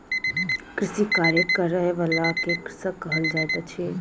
कृषिक कार्य करय बला के कृषक कहल जाइत अछि